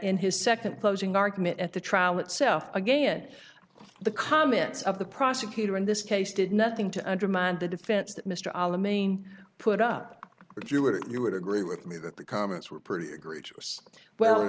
in his second closing argument at the trial itself again the comments of the prosecutor in this case did nothing to undermine the defense that mr almaine put up would you it would agree with me that the comments were pretty egregious well